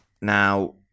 Now